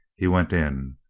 he went in.